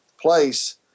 place